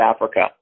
Africa